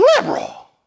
liberal